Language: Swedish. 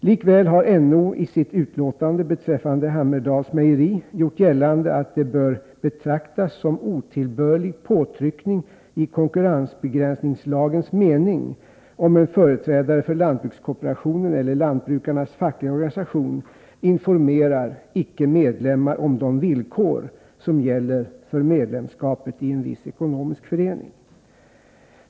Likväl har NO i sitt utlåtande beträffande Hammerdals mejeri gjort gällande att det bör betraktas som otillbörlig påtryckning i konkurrensbegränsningslagens mening om en företrädare för lantbrukskooperationen eller lantbrukarnas fackliga organisation informerar icke-medlemmar om de villkor som gäller för medlemskapet i en viss ekonomisk förening.